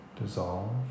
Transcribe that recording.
dissolve